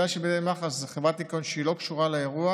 המידע בידי מח"ש זה שחברת ניקיון שלא קשורה לאירוע